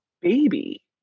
baby